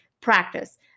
practice